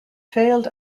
failed